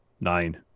nine